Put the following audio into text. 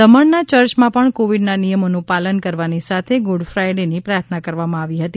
દમણના ચર્ચમાં પણ કોવિડના નિયમોનું પાલન કરવાની સાથે ગુડ ફાઇડેની પ્રાર્થના કરવામાં આવી હતી